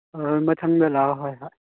ꯍꯣꯏ ꯍꯣꯏ ꯃꯊꯪꯗ ꯂꯥꯛꯑꯣ ꯍꯣꯏ ꯍꯣꯏ